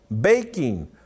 baking